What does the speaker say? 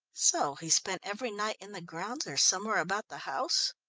so he spent every night in the grounds, or somewhere about the house?